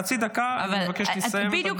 חצי דקה, אני מבקש לסיים את הדברים.